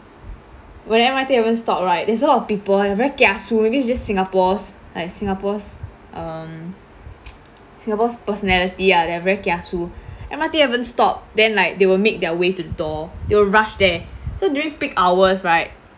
when M_R_T haven't stopped right there's a lot of people ah very kiasu maybe it's just singapore's like singapore's um singapore's personality ah they're very kiasu M_R_T haven't stopped then like they'll make their way to door they'll rush there so during peak hours right